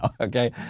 Okay